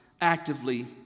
actively